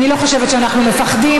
אני לא חושבת שאנחנו מפחדים.